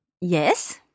Yes